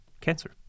cancer